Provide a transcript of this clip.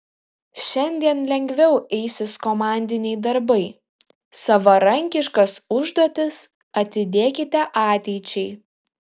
šiandien lengviau eisis komandiniai darbai savarankiškas užduotis atidėkite ateičiai